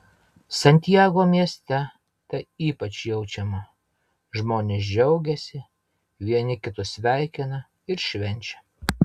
santiago mieste tai ypač jaučiama žmonės džiaugiasi vieni kitus sveikina ir švenčia